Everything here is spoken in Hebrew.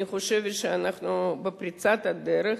אני חושבת שאנחנו בפריצת דרך,